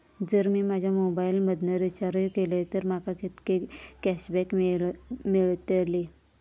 जर मी माझ्या मोबाईल मधन रिचार्ज केलय तर माका कितके कॅशबॅक मेळतले?